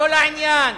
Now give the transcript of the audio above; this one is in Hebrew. לא לעניין.